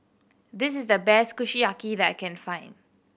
this is the best Kushiyaki that I can find